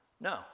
No